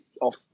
off